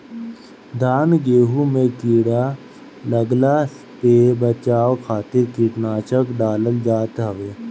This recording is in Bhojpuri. धान गेंहू में कीड़ा लागला पे बचाव खातिर कीटनाशक डालल जात हवे